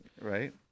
Right